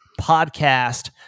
podcast